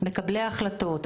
מקבלי ההחלטות,